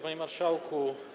Panie Marszałku!